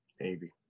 Navy